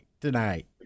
tonight